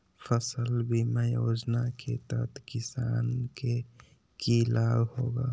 फसल बीमा योजना के तहत किसान के की लाभ होगा?